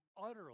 utterly